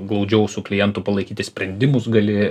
glaudžiau su klientu palaikyti sprendimus gali